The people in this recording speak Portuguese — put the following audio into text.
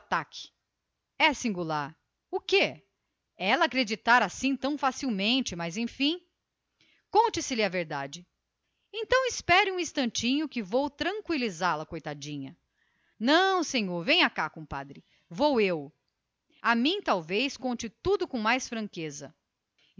ataque é singular o quê ter acreditado tão facilmente mas enfim conte se lhe a verdade então espere um instantinho que não senhor venha cá compadre vou eu a mim talvez que a pequena diga tudo com mais franqueza